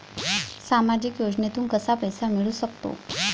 सामाजिक योजनेतून कसा पैसा मिळू सकतो?